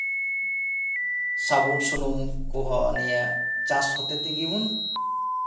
ᱥᱟᱵᱚᱱ ᱥᱩᱱᱩᱢ ᱠᱚᱦᱚᱸ ᱱᱤᱭᱟᱹ ᱪᱟᱥ ᱦᱚᱛᱮᱛᱮ ᱜᱮ ᱵᱚᱱ